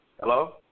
Hello